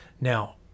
Now